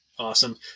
Awesome